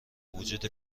وجود